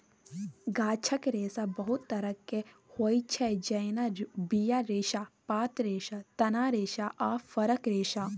गाछक रेशा बहुत तरहक होइ छै जेना बीया रेशा, पात रेशा, तना रेशा आ फरक रेशा